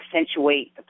accentuate